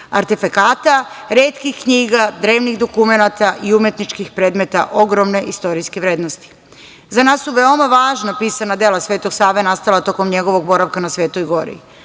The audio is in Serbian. artefekata, retkih knjiga, drevnih dokumenata i umetničkih predmeta ogromne istorijske vrednosti.Za nas su veoma važna pisana dela Svetog Save nastala tokom njegovog boravka na Svetoj gori.